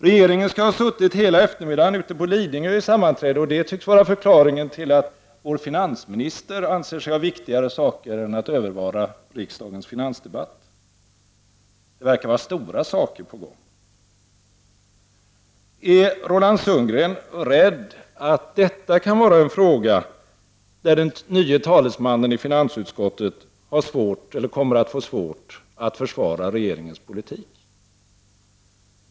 Regeringen skall ha suttit hela eftermiddagen ute på Lidingö i sammanträde, vilket tycks vara förklaringen till att vår finansminister anser sig ha viktigare saker att göra än att övervara riksdagens finansdebatt. Det förefaller att vara stora saker på gång. Är Roland Sundgren rädd att detta kan vara en fråga där den nye socialde mokratiske talesmannen i finansutskottet kommer att få svårt att försvara regeringens politik?